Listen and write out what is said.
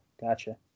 Gotcha